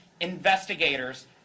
investigators